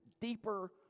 deeper